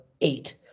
eight